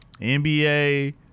NBA